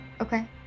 Okay